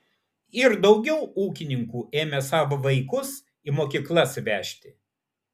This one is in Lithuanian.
ir daugiau ūkininkų ėmė savo vaikus į mokyklas vežti